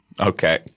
Okay